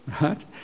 right